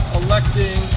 electing